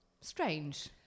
strange